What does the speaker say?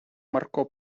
марко